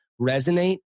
resonate